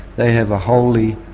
they have a holy